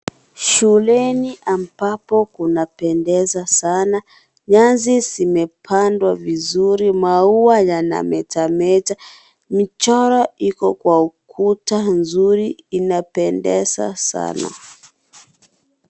Shuleni ambapo kumependeza sana, nyasi zimepandwa vizuri maua yanametameta, michoro iko kwa ukuta nzuri inapendeza sana.